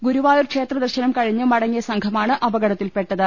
ഗുരുവായൂർ ക്ഷേത്രദർശനം കഴിഞ്ഞ് മടങ്ങിയ സംഘമാണ് അപകടത്തിൽപ്പെട്ടത്